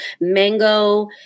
mango